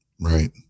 Right